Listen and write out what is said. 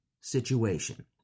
situation